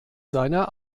seiner